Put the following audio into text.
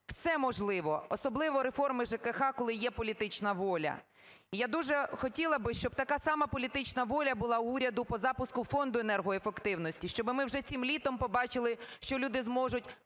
все можливо, особливо реформи ЖКГ, коли є політична воля. І я дуже хотіла би, щоб така сама політична воля була у уряду по запуску фонду енергоефективності, щоби ми вже цим літом побачили, що люди зможуть